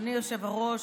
אדוני היושב-ראש,